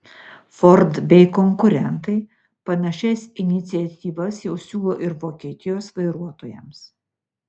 ford bei konkurentai panašias iniciatyvas jau siūlo ir vokietijos vairuotojams